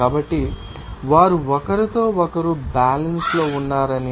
కాబట్టి వారు ఒకరితో ఒకరు బ్యాలన్స్ లో ఉన్నారని